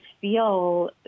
feel